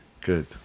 Good